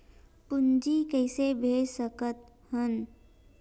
पूंजी कइसे भेज सकत हन?